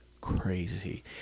Crazy